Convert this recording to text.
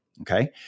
okay